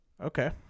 Okay